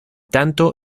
tanto